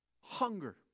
hunger